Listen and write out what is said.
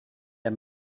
der